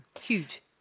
Huge